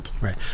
Right